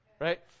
Right